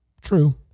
True